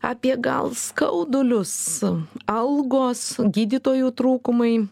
apie gal skaudulius algos gydytojų trūkumai